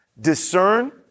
Discern